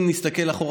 אם נסתכל אחורה,